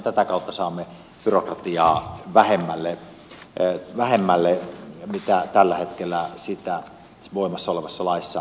tätä kautta saamme byrokratiaa vähemmälle kuin mitä sitä tällä hetkellä voimassa olevassa laissa on